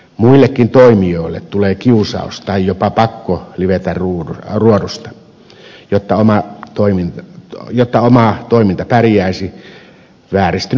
muillekin toimijoille tulee kiusaus tai jopa pakko livetä ruodusta jotta oma toiminta pärjäisi vääristyneessä kilpailussa